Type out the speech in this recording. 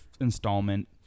installment